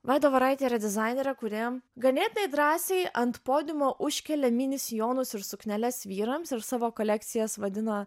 vaida voraitė yra dizainerė kuri ganėtinai drąsiai ant podiumo užkėlė mini sijonus ir sukneles vyrams ir savo kolekcijas vadina